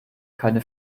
keine